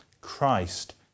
Christ